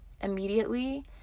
immediately